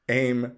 aim